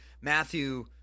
matthew